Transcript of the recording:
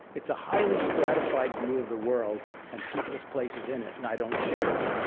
it's a highly stratified view of the world and people's places in it, and i don't share it.